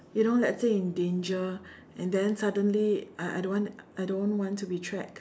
you know let's say in danger and then suddenly I I don't want I do not want to be tracked